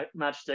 matchstick